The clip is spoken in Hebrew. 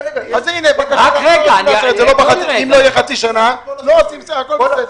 אם זה לא יהיה לחצי שנה לא עושים, הכול בסדר.